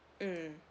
mm